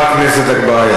חבר הכנסת אגבאריה,